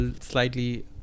slightly